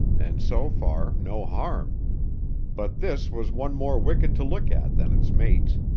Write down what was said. and so far no harm but this was one more wicked to look at than its mates.